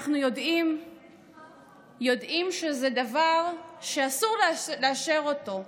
אנחנו יודעים שזה דבר שאסור לאשר אותו,